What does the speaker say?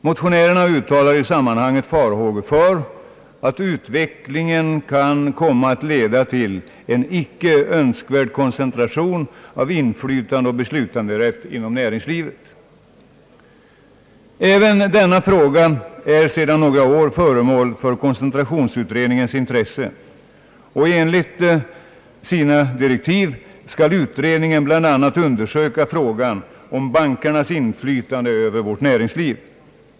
Motionärerna uttalar i sammanhanget farhågor för att utvecklingen kan komma att leda till en icke önskvärd koncentration av inflytande och beslutanderätt inom näringslivet. Denna fråga är sedan några år föremål för koncentrationsutredningens intresse. Enligt sina direktiv skall utredningen bl.a. undersöka frågan om bankernas inflytande över vårt näringsliv.